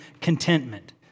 contentment